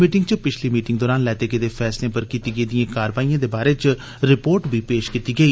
मीटिंगै च पिच्छली मीटिंग दौरान लैते गेदे फैसलें पर कीती गेदियें कारवाइयें दे बारै च रपोर्ट पेश कीती गेई